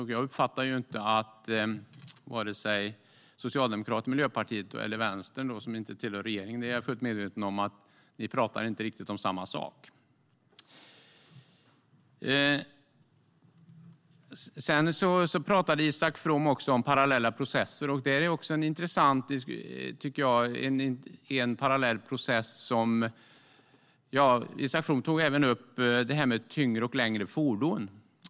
Men jag uppfattar inte att Socialdemokraterna, Miljöpartiet och Vänsterpartiet, som jag är fullt medveten om inte tillhör regeringen, talar om samma sak. Isak From talade om parallella processer och tog då även upp detta med tyngre och längre fordon.